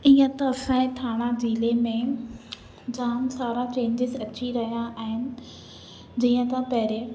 ईअं त असांजे थाणा ज़िले में जाम सारा चेंजिस अची विया आहिनि जीअं त पहिरें